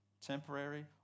temporary